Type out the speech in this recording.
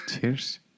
cheers